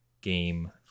game